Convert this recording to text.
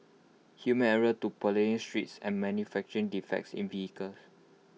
human error to potholed streets and manufacturing defects in vehicles